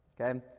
okay